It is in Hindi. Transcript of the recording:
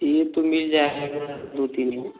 यह तो मिल जाएगा दो तीन दिन में